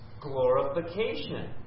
Glorification